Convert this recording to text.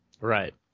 Right